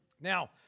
Now